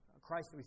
Christ